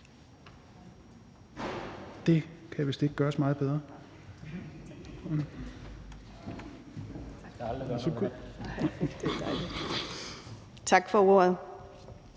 Det kan vist ikke gøres meget bedre. Værsgo. Kl.